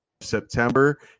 September